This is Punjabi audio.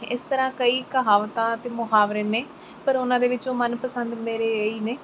ਇਸ ਤਰ੍ਹਾਂ ਕਈ ਕਹਾਵਤਾਂ ਅਤੇ ਮੁਹਾਵਰੇ ਨੇ ਪਰ ਉਹਨਾਂ ਦੇ ਵਿੱਚੋਂ ਮਨਪਸੰਦ ਮੇਰੇ ਇਹੀ ਨੇ